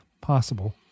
possible